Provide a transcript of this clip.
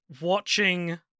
Watching